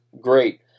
great